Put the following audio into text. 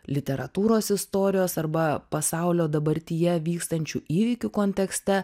literatūros istorijos arba pasaulio dabartyje vykstančių įvykių kontekste